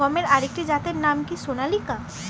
গমের আরেকটি জাতের নাম কি সোনালিকা?